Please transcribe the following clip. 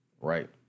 right